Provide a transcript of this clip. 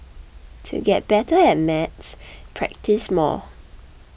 to get better at maths practise more